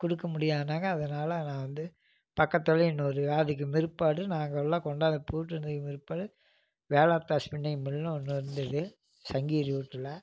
கொடுக்க முடியாதுனாங்க அதனால நான் வந்து பக்கத்துலேயே இன்னொரு அதுக்கும் பிற்பாடு நாங்கள்லாம் கொண்டாந்து பூட்டினதுக்கு பிற்பாடு வேலாத்தா சின்னையன் மில்லுனு ஒன்று இருந்தது சங்ககிரி ரூட்டில்